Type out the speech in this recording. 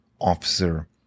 officer